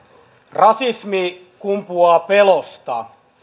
rasismi kumpuaa pelosta